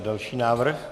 Další návrh.